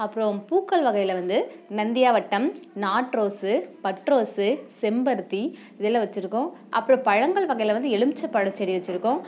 அப்புறம் பூக்கள் வகையில் வந்து நந்தியாவட்டம் நாட்டு ரோஸ்ஸு பட்டு ரோஸ்ஸு செம்பருத்தி இதெல்லாம் வெச்சுருக்கோம் அப்புறம் பழங்கள் வகையில் வந்து எலும்பிச்சை பழச்செடி வச்சுருக்கோம்